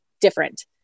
different